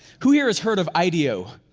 who here has heard of ideo?